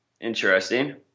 Interesting